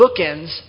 bookends